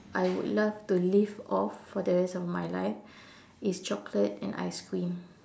I would love to live off for the rest of my life is chocolate and ice cream